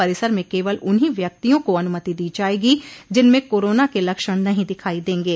परिसर में केवल उन्हीं व्यक्तियों को अनुमति दी जाएगी जिनमें कोरोना को लक्षण नहीं दिखाई दंगे